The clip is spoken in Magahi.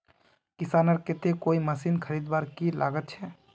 किसानेर केते कोई मशीन खरीदवार की लागत छे?